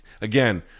Again